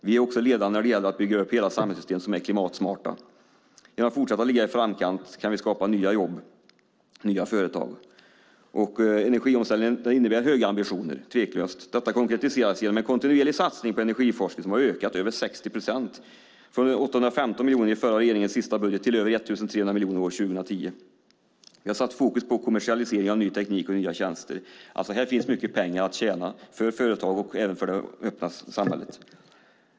Vi är också ledande när det gäller att bygga upp hela samhällssystem som är klimatsmarta. Genom att fortsätta att ligga i framkant kan vi skapa nya jobb och nya företag. Energiomställningen innebär tveklöst höga ambitioner. Detta konkretiseras genom en kontinuerlig satsning på energiforskning som har ökat med över 60 procent, från 815 miljoner i förra regeringens sista budget till över 1 300 miljoner år 2010. Vi har satt fokus på kommersialisering av ny teknik och nya tjänster. Här finns mycket pengar att tjäna för företag och även för det öppna samhället.